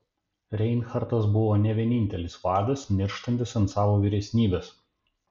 reinhartas buvo ne vienintelis vadas nirštantis ant savo vyresnybės